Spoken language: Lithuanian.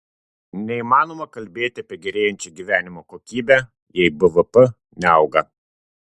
neįmanoma kalbėti apie gerėjančią gyvenimo kokybę jei bvp neauga